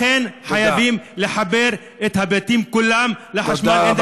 לכן חייבים לחבר את הבתים כולם לחשמל.